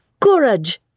Courage